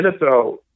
NFL